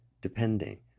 depending